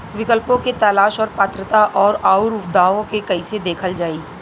विकल्पों के तलाश और पात्रता और अउरदावों के कइसे देखल जाइ?